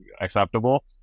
acceptable